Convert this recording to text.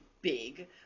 big